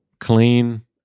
clean